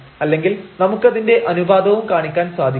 അല്ലെങ്കിൽ നമുക്കതിന്റെ അനുപാദവും കാണിക്കാൻ സാധിക്കും